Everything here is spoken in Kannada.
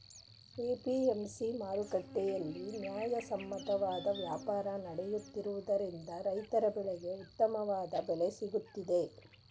ಎ.ಪಿ.ಎಂ.ಸಿ ಮಾರುಕಟ್ಟೆಯಲ್ಲಿ ನ್ಯಾಯಸಮ್ಮತವಾದ ವ್ಯಾಪಾರ ನಡೆಯುತ್ತಿರುವುದರಿಂದ ರೈತರ ಬೆಳೆಗೆ ಉತ್ತಮವಾದ ಬೆಲೆ ಸಿಗುತ್ತಿದೆ